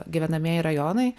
gyvenamieji rajonai